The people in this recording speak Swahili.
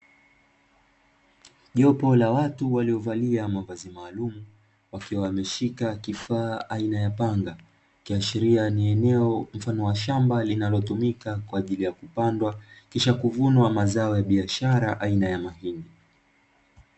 Jopo la watu waliovalia mavazi maalumu wakiwa wameshika kifaa mfano wa panga, ikiashiria ni eneo la shamba linalotumika kwa ajili ya kupandwa, kisha kuvunwa mazao ya biashara aina ya mahindi.